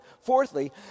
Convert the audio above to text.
fourthly